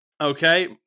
Okay